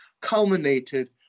culminated